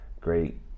great